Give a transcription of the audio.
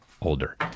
older